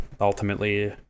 ultimately